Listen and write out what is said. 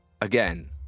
again